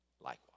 likewise